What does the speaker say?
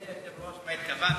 תהיתי, אדוני היושב-ראש, למה התכוונת.